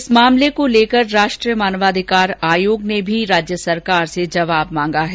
इस मामले को लेकर राष्ट्रीय मानवाधिकार आयोग ने भी राज्य सरकार से जवाब मांगा है